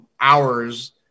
hours